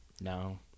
No